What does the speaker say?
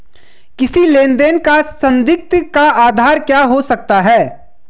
किसी लेन देन का संदिग्ध का आधार क्या हो सकता है?